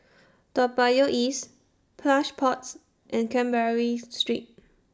Toa Payoh East Plush Pods and Canberra Street